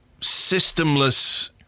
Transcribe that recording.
systemless